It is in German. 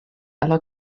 aller